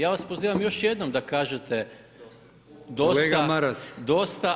ja vas pozivam još jednom da kažete „dosta“